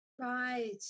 Right